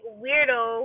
weirdo